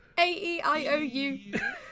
A-E-I-O-U